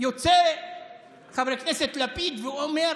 יוצא חבר הכנסת לפיד, ואומר: